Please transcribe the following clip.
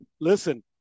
listen